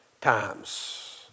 times